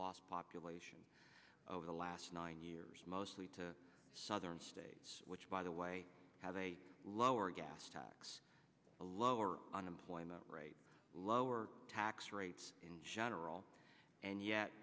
last population over the last nine years mostly to southern states which by the way have a lower gas tax a lower unemployment rate lower tax rates in general and yet